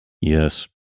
Yes